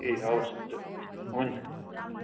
ए हवस् हुन्छ हुन्छ